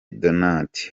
donat